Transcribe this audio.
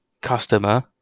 customer